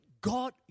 God